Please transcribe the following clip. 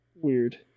Weird